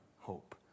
hope